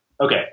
okay